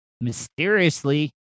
mysteriously